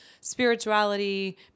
spirituality